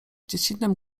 dziecinnym